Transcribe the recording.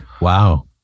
Wow